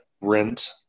rent